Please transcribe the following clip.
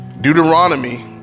Deuteronomy